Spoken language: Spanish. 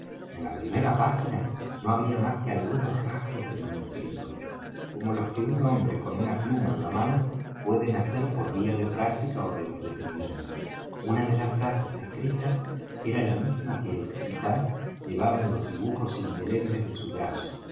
en la primera página no había más que algunos rasgos de manuscrito como los que un hombre con una pluma en la mano puede hacer por vía de práctica ó de entretenimiento una de las frases escritas era la misma que el capitán llevaba en los dibujos indelebles de su brazo